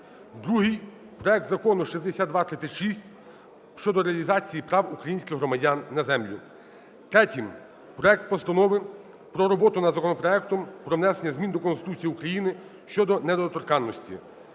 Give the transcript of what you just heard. Другий – проект Закону 6236 щодо реалізації прав українських громадян на землю. Третім – проект Постанови про роботу над законопроектом про внесення змін до Конституції України (щодо недоторканності).